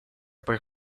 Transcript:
per